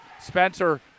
Spencer